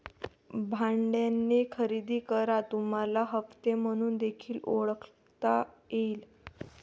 भाड्याने खरेदी करा तुम्हाला हप्ते म्हणून देखील ओळखता येईल